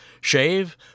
shave